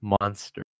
monster